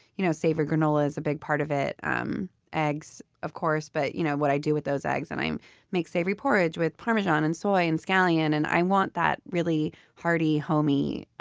you know savory granola is a big part of it. um eggs, of course, but you know what i do with those eggs. and i make savory porridge with parmesan and soy and scallion and i want that really hearty, homey,